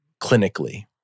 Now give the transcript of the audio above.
clinically